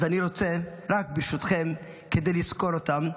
אז אני רוצה רק, ברשותכם, כדי לזכור אותם,